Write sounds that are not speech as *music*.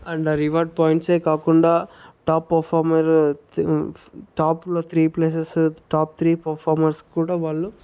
and ఆ reward పాయింట్సే కాకుండా టాప్ పర్ఫార్మరు *unintelligible* టాప్లో three places top three performers కూడా వాళ్ళు